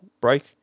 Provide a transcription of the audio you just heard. break